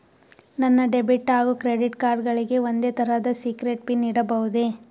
ನನ್ನ ಡೆಬಿಟ್ ಹಾಗೂ credit card ಗಳಿಗೆ ಒಂದೇ ತರಹದ ಸೀಕ್ರೇಟ್ ಪಿನ್ ಇಡಬಹುದೇ?